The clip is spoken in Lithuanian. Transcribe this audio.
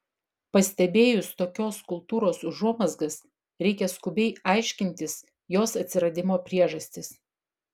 pastebėjus tokios kultūros užuomazgas reikia skubiai aiškintis jos atsiradimo priežastis